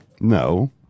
No